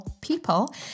people